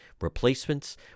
Replacements